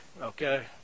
okay